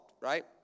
right